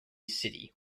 city